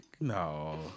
No